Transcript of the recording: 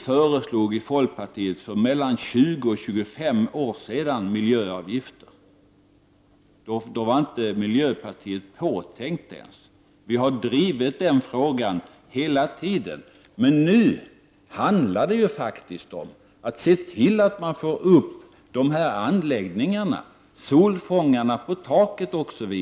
I folkpartiet föreslog vi för 20-25 år sedan miljöavgifter. Då var miljöpartiet inte ens påtänkt. Vi har drivit den frågan hela tiden, men nu handlar det om konkreta åtgärder, t.ex. att få upp solfångare på taken.